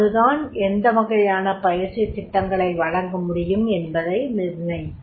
அதுதான் எந்த வகையான பயிற்சி திட்டங்கள் வழங்க முடியும் என்பதை நிர்ணயிக்கும்